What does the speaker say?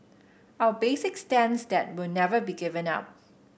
our basic stance that will never be given up